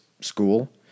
school